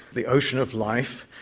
the ocean of life,